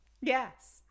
Yes